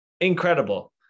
Incredible